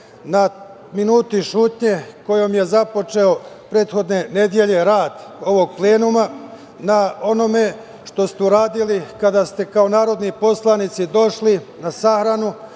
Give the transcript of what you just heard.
na minutu ćutanja kojom je započeo prethodne nedelje rad ovog plenuma, na onome što ste uradili kada ste kao narodni poslanici došli na sahranu